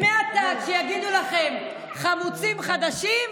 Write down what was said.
אז מעתה כשיגידו לכם "חמוצים חדשים",